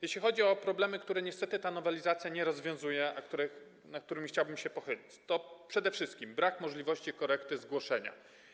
Jeśli chodzi o problemy, których niestety ta nowelizacja nie rozwiązuje, a nad którymi chciałbym się pochylić, to przede wszystkim brakuje możliwości korekty zgłoszenia.